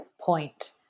point